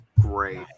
Great